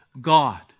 God